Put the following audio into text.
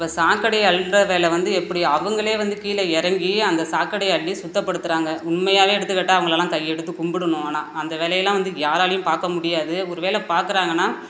இப்போ சாக்கடையை அள்ளுற வேலை வந்து எப்படி அவங்களே வந்து கீழே இறங்கி அந்த சாக்கடையை அள்ளி சுத்தப்படுத்துறாங்க உண்மையாகவே எடுத்துக்கிட்டால் அவங்களலாம் கையெடுத்து கும்பிடுணும் ஆனால் அந்த வேலையெல்லாம் வந்து யாராலையும் பார்க்க முடியாது ஒரு வேலை பார்க்கறாங்கன்னா